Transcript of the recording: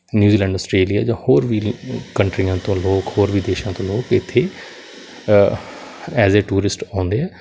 New Zealand Australia ਜਾਂ ਹੋਰ ਵੀ ਕੰਟਰੀਆਂ ਤੋਂ ਲੋਕ ਹੋਰ ਵੀ ਦੇਸ਼ਾਂ ਤੋਂ ਲੋਕ ਇੱਥੇ ਐਜ ਏ ਟੂਰਿਸਟ ਆਉਂਦੇ ਆ